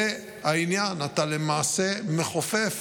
זה העניין, אתה למעשה מכופף